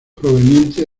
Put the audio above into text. provenientes